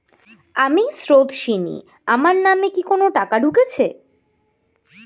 আমি স্রোতস্বিনী, আমার নামে কি কোনো টাকা ঢুকেছে?